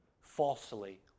falsely